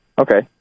Okay